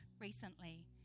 recently